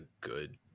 good